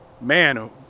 man